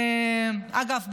אגב,